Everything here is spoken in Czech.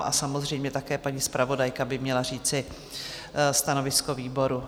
A samozřejmě také paní zpravodajka by měla říci stanovisko výboru.